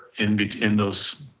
in in those,